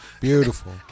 beautiful